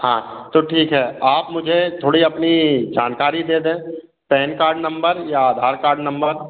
हाँ तो ठीक है आप मुझे थोड़ी अपनी जानकारी दे दें पेन कार्ड नंबर या आधार कार्ड नंबर